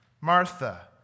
Martha